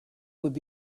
would